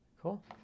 Cool